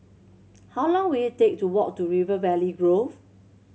how long will it take to walk to River Valley Grove